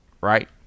Right